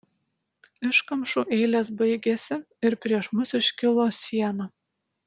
iškamšų eilės baigėsi ir prieš mus iškilo siena